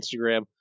Instagram